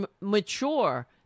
mature